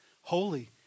holy